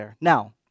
Now